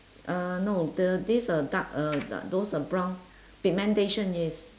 uh no the this uh dark uh da~ those are brown pigmentation yes